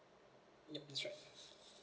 yup that's right